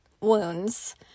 wounds